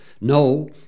No